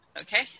Okay